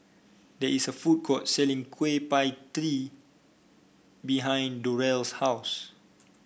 there is a food court selling Kueh Pie Tee behind Durell's house